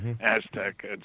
Aztec